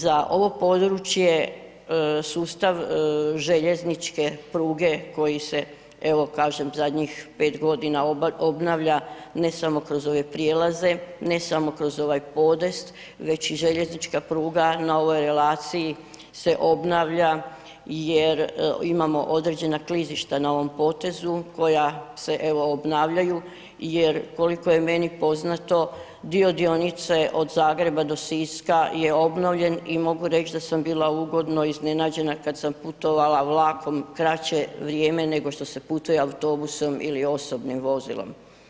Za ovo područje sustav željezničke pruge koji se, evo kažem, zadnjih 5.g. obnavlja ne samo kroz ove prijelaze, ne samo kroz ovaj podest, već i željeznička pruga na ovoj relaciji se obnavlja jer imamo određena klizišta na ovom potezu koja se evo obnavljaju jer koliko je meni poznato, dio dionice od Zagreba do Siska je obnovljen i mogu reć da sam bila ugodno iznenađena kad sam putovala vlakom kraće vrijeme nego što se putuje autobusom ili osobnim vozilom.